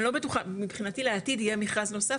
אני לא בטוחה מבחינתי לעתיד יהיה מכרז נוסף,